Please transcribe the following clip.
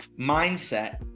mindset